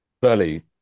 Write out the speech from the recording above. fairly